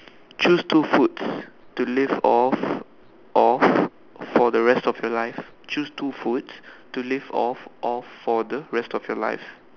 choose two foods to live off of for the rest of your life choose two foods to live off of for the rest of your life